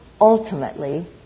ultimately